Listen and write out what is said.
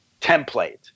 template